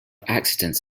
accidents